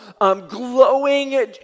glowing